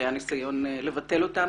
שהיה ניסיון לבטל אותם.